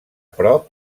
prop